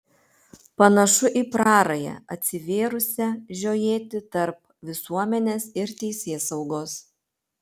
panašu į prarają atsivėrusią žiojėti tarp visuomenės ir teisėsaugos